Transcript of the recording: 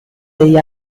degli